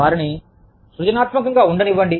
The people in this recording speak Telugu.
వారీని సృజనాత్మకంగా ఉండనివ్వండి